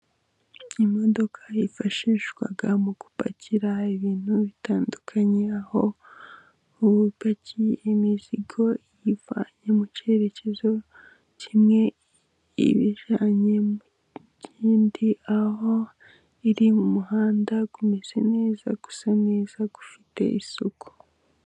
Imodoka yifashishwa mu gupakira ibintu bitandukanye, aho ubu ipakiye imizigo ibivanye mu cyerekezo kimwe ibijyananye mu kindi, aho iri mu muhanda umeze neza usa neza ufite isuku.